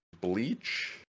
Bleach